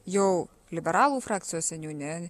jau liberalų frakcijos seniūne